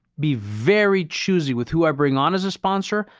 be very choosy with who i bring on as a sponsor,